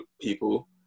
people